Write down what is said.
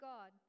God